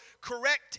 correct